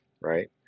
right